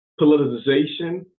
politicization